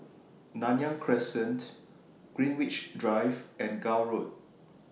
Nanyang Crescent Greenwich Drive and Gul Road